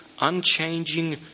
unchanging